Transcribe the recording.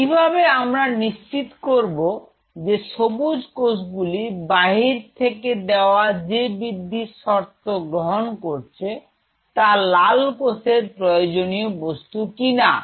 তো কিভাবে আমরা নিশ্চিত করবো যে সবুজ কোষগুলি বাহির থেকে দেওয়া যে বৃদ্ধির শর্ত গ্রহণ করছে তা লাল কোষের প্রয়োজনীয় বস্তু কিনা